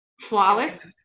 flawless